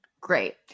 great